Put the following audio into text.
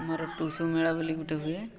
ଆମର ଟୁସୁ ମେଳା ବୋଲି ଗୋଟେ ହୁଏ